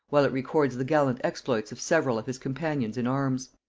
while it records the gallant exploits of several of his companions in arms.